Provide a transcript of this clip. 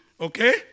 Okay